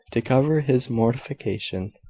to cover his mortification.